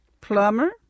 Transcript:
Plumber